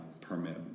permit